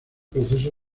proceso